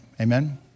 Amen